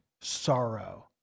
sorrow